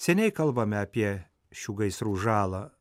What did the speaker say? seniai kalbame apie šių gaisrų žalą